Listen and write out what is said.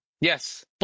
Yes